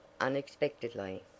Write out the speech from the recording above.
unexpectedly